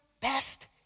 best